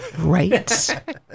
right